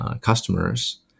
customers